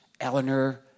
Eleanor